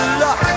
luck